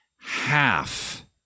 Half